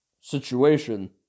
situation